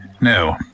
No